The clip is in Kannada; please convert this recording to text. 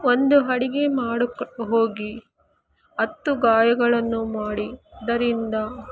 ಒಂದು ಅಡಿಗೆ ಮಾಡುಕ್ಕೆ ಹೋಗಿ ಹತ್ತು ಗಾಯಗಳನ್ನು ಮಾಡಿ ಅದರಿಂದ